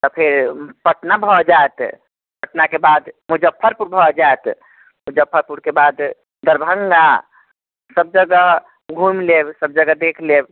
तऽ फेर पटना भऽ जायत पटनाके बाद मुजफ्फरपुर भऽ जायत मुजफ्फरपुरके बाद दरभङ्गा सभ जगह घुमि लेब सभ जगह देख लेब